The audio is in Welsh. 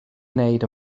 wneud